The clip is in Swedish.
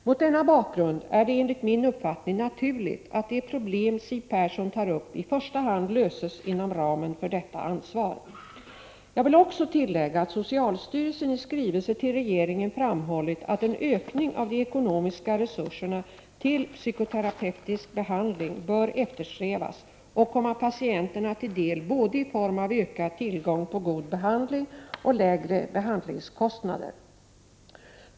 Mot denna bakgrund är det enligt min uppfattning naturligt att det problem Siw Persson tar upp i första hand löses inom ramen för detta ansvar. Jag vill också tillägga att socialstyrelsen i skrivelse till regeringen framhållit att en ökning av de ekonomiska resurserna till psykoterapeutisk behandling bör eftersträvas och komma patienterna till del både i form av ökad tillgång på god behandling och lägre behandlingskostnader.